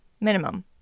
minimum